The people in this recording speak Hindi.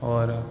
और